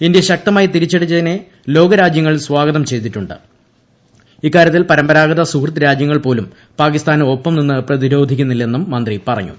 India ശക്തമായി തിരിച്ചടിച്ചതിനെ ലോകരാജ്യങ്ങൾ സ്വാഗതം ചെയ്തിട്ടു ഇക്കാര്യത്തിൽ പരമ്പരാഗത സുഹൃത്ത് രാജ്യങ്ങൾപോലും പാകിസ്ഥാന് നിന്ന് ഒപ്പം പ്രതിരോധിക്കുന്നില്ലെന്നും മന്ത്രി പറഞ്ഞു